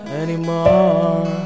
anymore